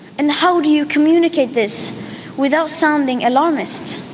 and how do you communicate this without sounding alarmist?